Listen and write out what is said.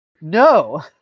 No